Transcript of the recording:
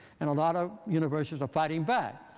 and a lot of universities are fighting back.